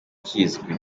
kizwi